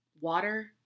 water